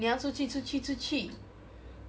你要出去出去出去